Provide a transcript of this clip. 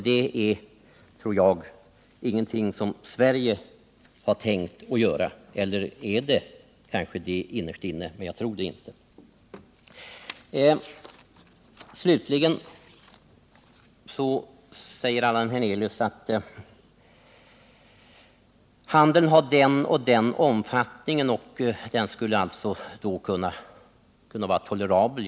Det tror jag inte Sverige har tänkt göra. Eller har man det innerst inne? Jag tror det inte. Allan Hernelius sade vidare att handeln har den och den omfattningen och att den alltså skulle kunna vara tolerabel.